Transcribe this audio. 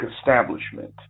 establishment